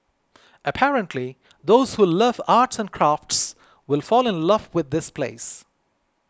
apparently those who love arts and crafts will fall in love with this place